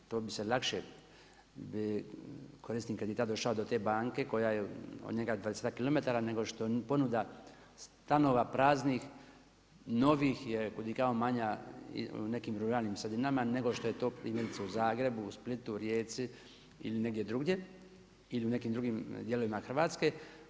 To bi se lakše korisnik kredita došao do te banke koja je od njega dvadesetak kilometara, nego što ponuda stanova praznih novih je kud i kamo manja u nekim ruralnim sredinama nego što je to primjerice u Zagrebu, u Splitu, Rijeci ili negdje drugdje ili u nekim drugim dijelovima Hrvatske.